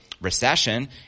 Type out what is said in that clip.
recession